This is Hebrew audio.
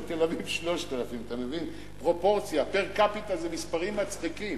ותל-אביב 3,000. פר-קפיטה זה מספרים מצחיקים.